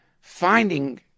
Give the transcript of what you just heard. finding